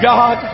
God